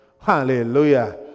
Hallelujah